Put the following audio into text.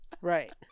Right